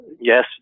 yes